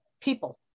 people